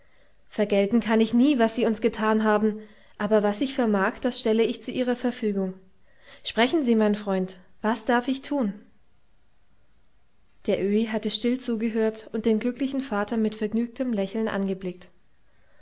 vergelten kann ich nie was sie uns getan haben aber was ich vermag das stelle ich zu ihrer verfügung sprechen sie mein freund was darf ich tun der öhi hatte still zugehört und den glücklichen vater mit vergnügtem lächeln angeblickt